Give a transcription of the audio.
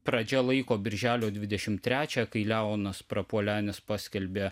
pradžia laiko birželio dvidešimt trečią kai leonas prapuolenis paskelbė